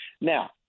Now